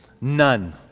none